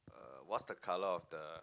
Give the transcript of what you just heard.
uh what's the colour of the